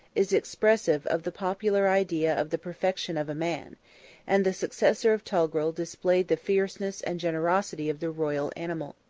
is expressive of the popular idea of the perfection of man and the successor of togrul displayed the fierceness and generosity of the royal animal.